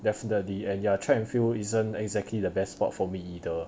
definitely and ya track and field isn't exactly the best sport for me either